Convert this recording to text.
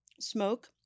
Smoke